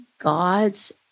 gods